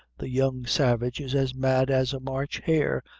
the young savage is as mad as a march hare,